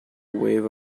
wave